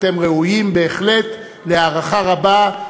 אתם ראויים בהחלט להערכה רבה.